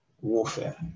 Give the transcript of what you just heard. warfare